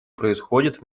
происходят